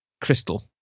crystal